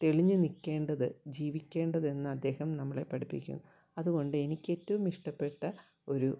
തെളിഞ്ഞ് നിൽക്കേണ്ടത് ജീവിക്കേണ്ടതെന്ന് അദ്ദേഹം നമ്മളെ പഠിപ്പിക്കും അതുകൊണ്ട് എനിക്ക് ഏറ്റവും ഇഷ്ടപ്പെട്ട ഒരു